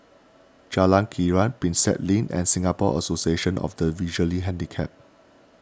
Jalan Krian Prinsep Link and Singapore Association of the Visually Handicapped